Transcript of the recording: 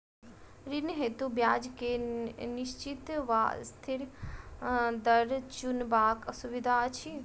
ऋण हेतु ब्याज केँ निश्चित वा अस्थिर दर चुनबाक सुविधा अछि